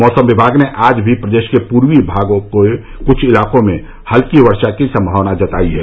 मौसम विभाग ने आज भी प्रदेश के पूर्वी भाग के कुछ इलाकों में हल्की वर्षा की सम्भावना जताई है